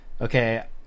okay